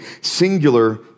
singular